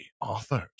authors